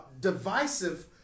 divisive